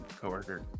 coworker